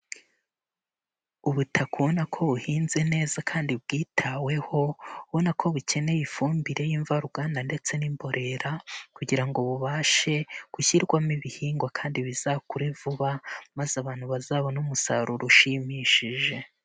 Ubutaka ubona ko buhinze neza kandi bwitaweho, ubona ko bukeneye ifumbire y'imvaruganda ndetse n'imborera kugira ngo bubashe gushyirwamo ibihingwa kandi bizakure vuba, maze abantu bazabone umusaruro ushimishije.